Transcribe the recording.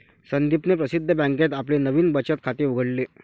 संदीपने प्रसिद्ध बँकेत आपले नवीन बचत खाते उघडले